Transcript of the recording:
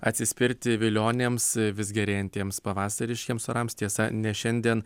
atsispirti vilionėms vis gerėjantiems pavasariškiems orams tiesa ne šiandien